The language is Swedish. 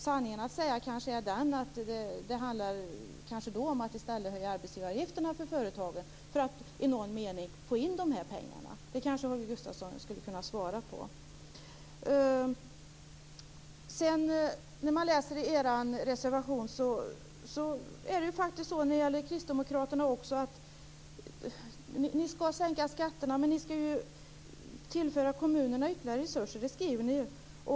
Sanningen att säga handlar det i stället kanske om att höja arbetsgivaravgifterna för företagen för att i någon mening få in de här pengarna. Där skulle Holger Gustafsson kanske kunna ge ett svar. Det framgår av er reservation att ni kristdemokrater skall sänka skatterna men ni skall också tillföra kommunerna ytterligare resurser; det skriver ni ju.